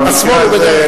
המשקפיים, ביילין.